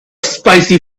spicy